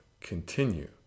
continue